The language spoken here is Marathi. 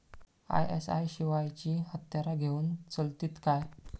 आय.एस.आय शिवायची हत्यारा घेऊन चलतीत काय?